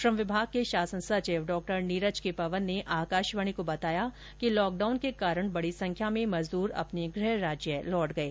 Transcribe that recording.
श्रम विभाग के शासन सचिव डॉ नीरज के पवन ने आकाशवाणी को बताया कि लॉकडाउन के कारण बडी संख्या में मजदूर अपने गृह राज्य लौट गये